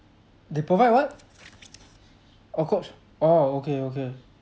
they provide what oh coach oh okay okay